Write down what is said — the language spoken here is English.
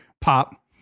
Pop